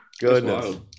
Goodness